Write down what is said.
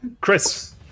Chris